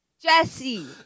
Jesse